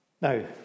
Now